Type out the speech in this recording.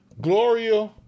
Gloria